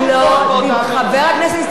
חבר הכנסת ניצן הורוביץ,